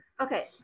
okay